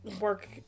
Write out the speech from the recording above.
work